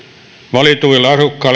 valituille